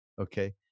Okay